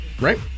Right